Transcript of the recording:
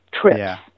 trips